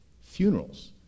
Funerals